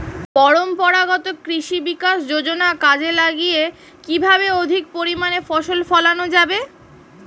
পরম্পরাগত কৃষি বিকাশ যোজনা কাজে লাগিয়ে কিভাবে অধিক পরিমাণে ফসল ফলানো যাবে?